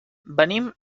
venim